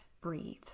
breathe